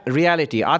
reality